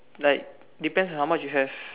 like depends on how much you have